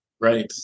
Right